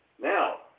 now